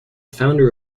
founder